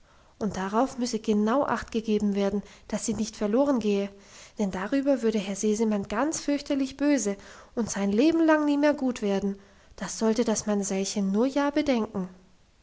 und darauf müsse genau acht gegeben werden dass sie nicht verloren gehe denn darüber würde herr sesemann ganz fürchterlich böse und sein leben lang nie mehr gut werden das sollte das mamsellchen nur ja bedenken